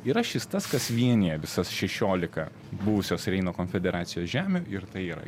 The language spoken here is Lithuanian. yra šis tas kas vienija visas šešiolika buvusios reino konfederacijos žemių ir tai yra